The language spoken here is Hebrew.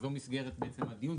אז זאת מסגרת הדיון,